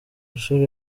nshuro